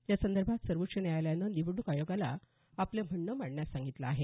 या संदर्भात सर्वोच्च न्यायालयानं निवडणूक आयोगाला आपलं म्हणणं मांडण्यास सांगितलं आहे